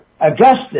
Augustus